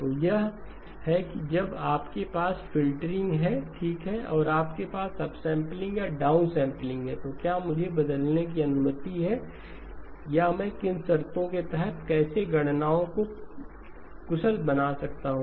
तो यह है कि जब आपके पास फ़िल्टरिंग है ठीक और आपके पास अपसम्पलिंग या डाउनसम्पलिंग है तो क्या मुझे बदलने की अनुमति है या मैं किन शर्तों के तहत कैसे गणनाओं को कुशल बना सकता हूं